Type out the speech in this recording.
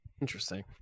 Interesting